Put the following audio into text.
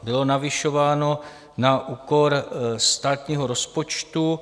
Bylo navyšováno na úkor státního rozpočtu.